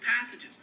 passages